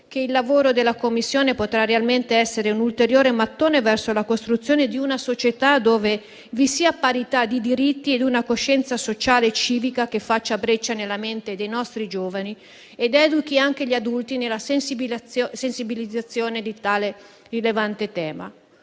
che il lavoro della Commissione potrà realmente essere un ulteriore mattone verso la costruzione di una società dove vi siano parità di diritti e una coscienza sociale e civica che faccia breccia nella mente dei nostri giovani ed educhi anche gli adulti alla sensibilizzazione di tale rilevante tema.